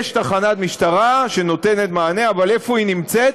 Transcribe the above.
יש תחנת משטרה שנותנת מענה, אבל איפה היא נמצאת?